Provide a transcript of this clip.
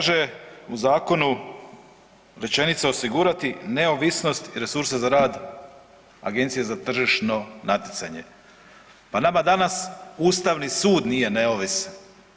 Kaže u zakonu rečenica: „Osigurati neovisnost i resurse za rad Agencije za tržišno natjecanje.“ Pa nama danas Ustavni sud nije neovisan.